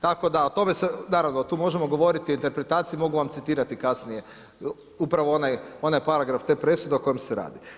Tako da o tome se, naravno tu možemo govoriti o interpretaciji, mogu vam citirati kasnije upravo onaj paragraf te presude o kojem se radi.